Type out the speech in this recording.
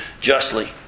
justly